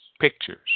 pictures